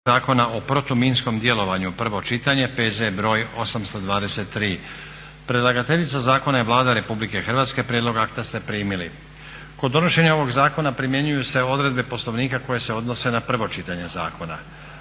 zakona o protuminskom djelovanju, prvo čitanje, P.Z. br. 823 Predlagateljica zakona je Vlada Republike Hrvatske. Prijedlog akta ste primili. Kod donošenja ovog zakona primjenjuju se odredbe Poslovnika koje se odnose na prvo čitanje zakona.